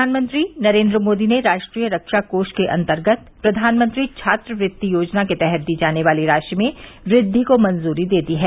प्रधानमंत्री नरेन्द्र मोदी ने राष्ट्रीय रक्षा कोष के अन्तगर्त प्रधानमंत्री छात्रवृत्ति योजना के तहत दी जाने वाली राशि में वृद्वि को मंजूरी दे दी है